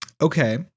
okay